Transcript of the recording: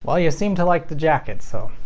well you seemed to like the jacket, so,